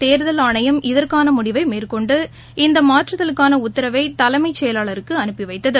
தேர்தல் ஆணையம் இதற்கான முடிவை மேற்கொண்டு இந்த மாறுதலுக்கான உத்தரவை தலைமைச் செயலாளருக்கு அனுப்பி வைத்தது